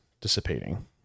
dissipating